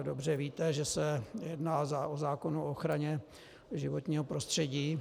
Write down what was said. Dobře víte, že se jedná o zákon o ochraně životního prostředí.